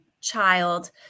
child